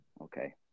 Okay